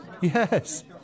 Yes